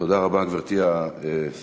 תודה רבה, גברתי השרה.